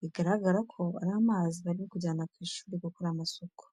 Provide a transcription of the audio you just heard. bigaragara ko ari amazi bari kujyana ku ishuri gukora amasoko.